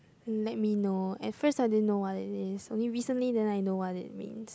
let me know at first I didn't know what it is only recently then know what it means